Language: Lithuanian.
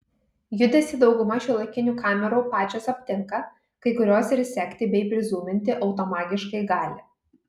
judesį dauguma šiuolaikinių kamerų pačios aptinka kai kurios ir sekti bei prizūminti automagiškai gali